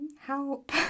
help